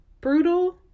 brutal